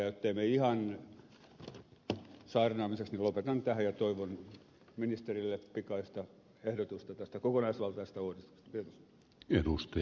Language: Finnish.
ja ettei mene ihan saarnaamiseksi niin lopetan tähän ja toivon ministerille pikaista ehdotusta tästä kokonaisvaltaisesta uudistuksesta